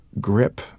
grip